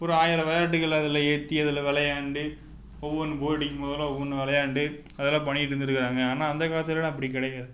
ஒரு ஆயிரம் விளையாட்டுகள் அதில் ஏற்றி அதில் விளையாண்டு ஒவ்வொன்று போர் அடிக்கும் போதெல்லாம் ஒவ்வொன்று விளையாண்டு அதெல்லாம் பண்ணிக்கிட்டு இருந்துருக்கிறாங்க ஆனால் அங்கே காலத்துலேலாம் அப்படி கிடையாது